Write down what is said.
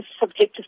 subjective